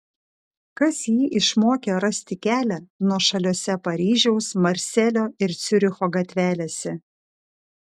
kas jį išmokė rasti kelią nuošaliose paryžiaus marselio ir ciuricho gatvelėse